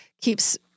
keeps